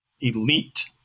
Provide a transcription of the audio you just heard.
elite